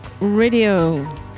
Radio